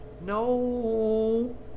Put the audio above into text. no